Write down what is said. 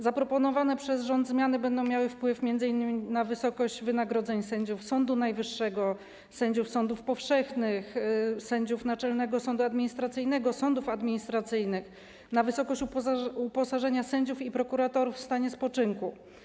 Zaproponowane przez rząd zmiany będą miały wpływ m.in. na wysokość wynagrodzeń sędziów Sądu Najwyższego, sędziów sądów powszechnych, sędziów Naczelnego Sądu Administracyjnego, sądów administracyjnych, na wysokość uposażenia sędziów i prokuratorów w stanie spoczynku.